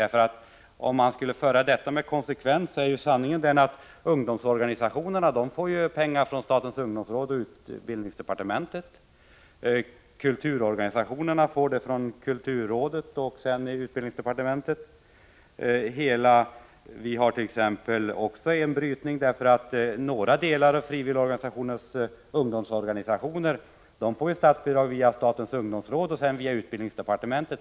Sanningen är den att ungdomsorganisationerna får pengar från statens ungdomsråd och utbildningsdepartementet, kulturorganisationerna får pengar från kulturrådet och utbildningsdepartementet, en del av frivilligorganisationernas ungdomsorganisationer får statsbidrag via statens ungdomsråd och sedan via utbildningsdepartementet.